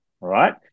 right